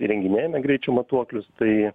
įrenginėjame greičio matuoklius tai